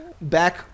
Back